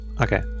okay